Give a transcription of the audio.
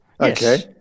okay